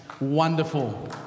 wonderful